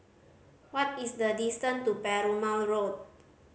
what is the distant to Perumal Road